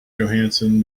johansson